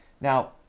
Now